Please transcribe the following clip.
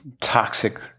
toxic